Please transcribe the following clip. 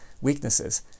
weaknesses